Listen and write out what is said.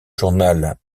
journal